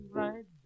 right